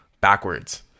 backwards